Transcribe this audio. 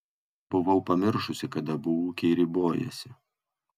buvau pamiršusi kad abu ūkiai ribojasi